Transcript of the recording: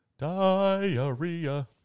Diarrhea